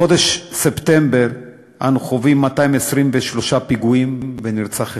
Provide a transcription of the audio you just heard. בחודש ספטמבר אנו חווים 223 פיגועים ונרצח אחד,